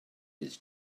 his